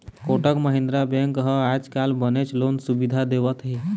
Kotak Mahindra bank ह आजकाल बनेच लोन सुबिधा देवत हे